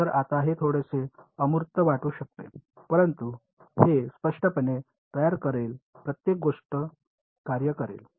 तर आता हे थोडेसे अमूर्त वाटू शकते परंतु हे स्पष्टपणे तयार करेल प्रत्येक गोष्ट कार्य करेल